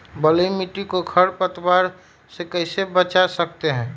बलुई मिट्टी को खर पतवार से कैसे बच्चा सकते हैँ?